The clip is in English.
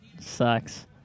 sucks